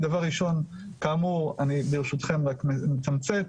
דבר ראשון כאמור אני ברשותכם רק מתמצת.